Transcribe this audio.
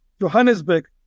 Johannesburg